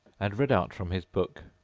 and read out from his book,